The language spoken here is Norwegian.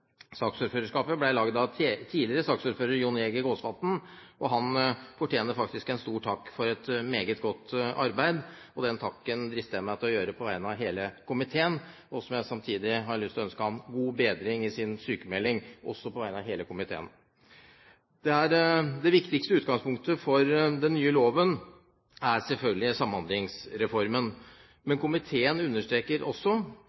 saksordførerskapet ble laget av tidligere saksordfører, Jon Jæger Gåsvatn, og han fortjener en stor takk for et meget godt arbeid. Den takken drister jeg meg til å gi på vegne av hele komiteen. Samtidig har jeg lyst til å ønske ham god bedring under hans sykmelding, også på vegne av hele komiteen. Det viktigste utgangspunktet for den nye loven er selvfølgelig Samhandlingsreformen. Men komiteen understreker også